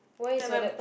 that my